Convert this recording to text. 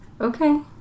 Okay